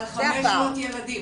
על 500 ילדים,